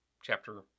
chapter